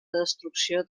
destrucció